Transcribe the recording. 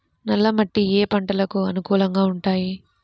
నల్ల మట్టి ఏ ఏ పంటలకు అనుకూలంగా ఉంటాయి?